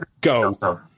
Go